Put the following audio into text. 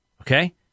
Okay